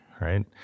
right